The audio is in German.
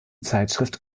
zeitschrift